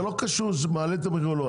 זה לא קשור שהוא מעלה את המחיר או לא,